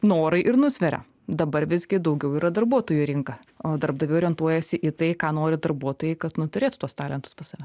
norai ir nusveria dabar visgi daugiau yra darbuotojų rinka o darbdaviai orientuojasi į tai ką nori darbuotojai kad nu turėtų tuos talentus pas save